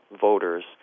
voters